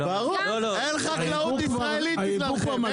אין חקלאות ישראלית בגללכם.